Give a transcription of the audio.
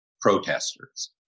protesters